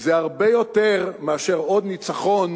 זה הרבה יותר מאשר עוד ניצחון